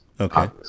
Okay